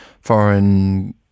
foreign